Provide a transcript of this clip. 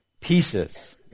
pieces